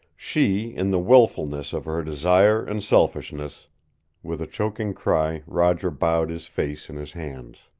she, in the wilfulness of her desire and selfishness with a choking cry roger bowed his face in his hands.